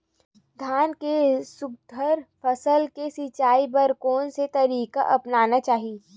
धान के सुघ्घर फसल के सिचाई बर कोन से तरीका अपनाना चाहि?